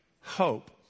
hope